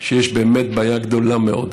שיש באמת בעיה גדולה מאוד: